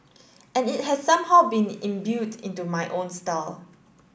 and it has somehow been imbued into my own style